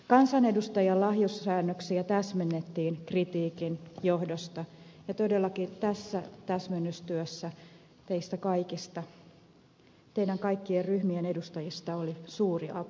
kansanedustajan lahjussäännöksiä täsmennettiin kritiikin johdosta ja tässä täsmennystyössä teistä kaikista teistä kaikkien ryhmien edustajista oli todellakin suuri apu